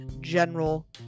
general